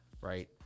right